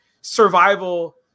survival